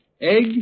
Egg